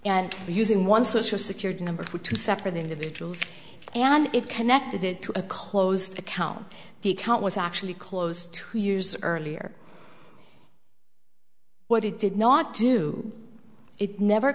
and using one social security number were two separate individuals and it connected it to a close account the count was actually closed two years earlier what it did not do it never